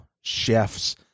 chef's